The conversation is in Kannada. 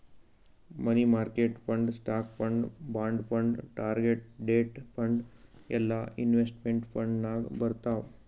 money market fund, stock fund, bond fund, target date fund ಎಲ್ಲಾ ಇನ್ವೆಸ್ಟ್ಮೆಂಟ್ ಫಂಡ್ ನಾಗ್ ಬರ್ತಾವ್